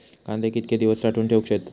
कांदे कितके दिवस साठऊन ठेवक येतत?